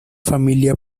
familia